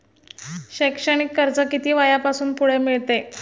शैक्षणिक कर्ज किती वयापासून पुढे मिळते?